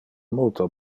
multo